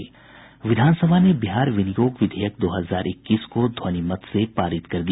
विधानसभा ने बिहार विनियोग विधेयक दो हजार इक्कीस को ध्वनिमत से पारित कर दिया